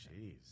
Jeez